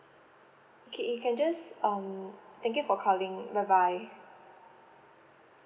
okay you can just um thank you for calling bye bye